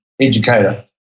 educator